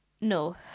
No